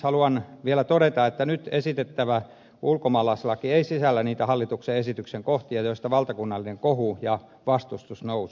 haluan vielä todeta että nyt esitettävä ulkomaalaislaki ei sisällä niitä hallituksen esityksen kohtia joista valtakunnallinen kohu ja vastustus nousi